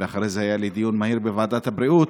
ואחרי זה היה לי דיון מהיר בוועדת הבריאות.